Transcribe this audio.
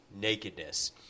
nakedness